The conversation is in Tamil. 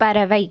பறவை